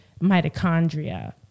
mitochondria